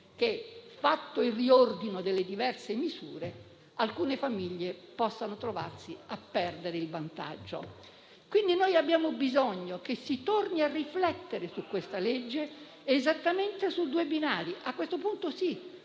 che, fatto il riordino delle diverse misure, alcune famiglie possano trovarsi a perdere un vantaggio. Abbiamo bisogno, quindi, che si torni a riflettere su questa legge esattamente su due binari e - a questo punto sì